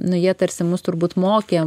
nu jie tarsi mus turbūt mokė